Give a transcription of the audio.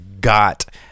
got